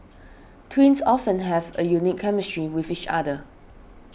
twins often have a unique chemistry with each other